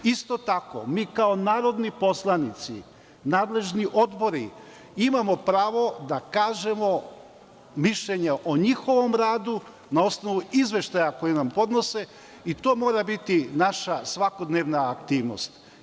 Isto tako, mi kao narodni poslanici, nadležni odbori, imamo pravo da kažemo mišljenje o njihovom radu na osnovu izveštaja koji nam podnose i to mora biti naša svakodnevna aktivnost.